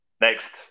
Next